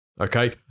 Okay